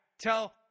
tell